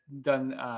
done